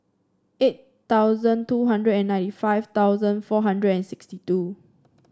eight thousand two hundred and ninety five thousand four hundred and sixty two